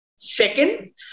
Second